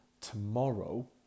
tomorrow